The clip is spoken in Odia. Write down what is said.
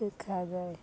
ଦେଖାଯାଏ